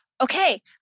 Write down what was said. okay